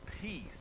peace